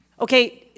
Okay